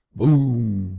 boom!